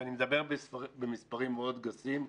ואני מדבר במספרים מאוד גסים,